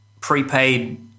prepaid